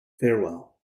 farewell